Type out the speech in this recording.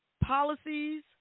policies